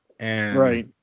Right